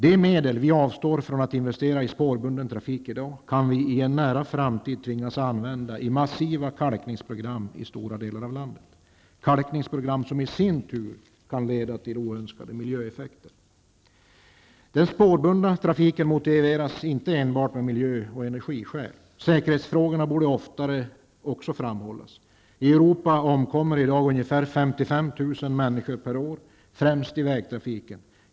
De medel vi i dag avstår från att investera i spårbunden trafik kan vi i en nära framtid tvingas använda i massiva kalkningsprogram i stora delar av landet, och detta kan i sin tur ge oönskade miljöeffekter. Den spårbundna trafiken motiveras inte enbart av miljö och energiskäl. Även säkerhetsfrågorna borde oftare framhållas. I Europa omkommer i dag ungefär 55 000 människor per år, främst i vägtrafiken.